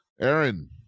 Aaron